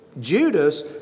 Judas